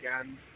again